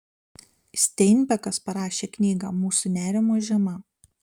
steinbekas parašė knygą mūsų nerimo žiema